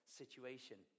situation